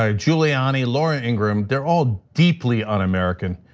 ah guiliani, laura ingrim, they're all deeply un-american.